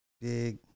big